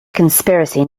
conspiracy